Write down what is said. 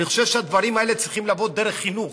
אני חושב שהדברים האלה צריכים לבוא דרך חינוך,